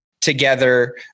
together